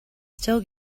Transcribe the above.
still